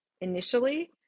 initially